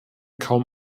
kaum